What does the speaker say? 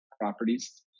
properties